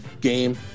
game